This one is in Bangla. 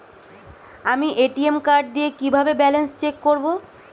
আমি এ.টি.এম কার্ড দিয়ে কিভাবে ব্যালেন্স চেক করব?